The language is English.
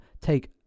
take